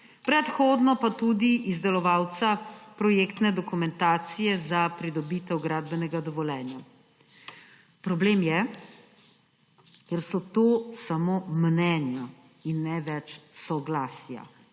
predhodno pa tudi izdelovalca projektne dokumentacije za pridobitev gradbenega dovoljenja. Problem je, ker so to samo mnenja in ne več soglasja,